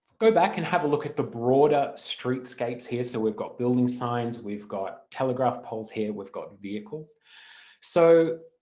go back and have a look at the broader streetscapes here so we've got building signs, we've got telegraph poles here, we've got vehicles so